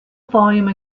volume